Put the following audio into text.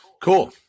Cool